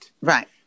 Right